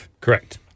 Correct